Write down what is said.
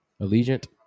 allegiant